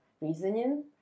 reasoning